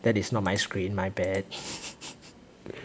that is not my screen my bad